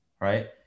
right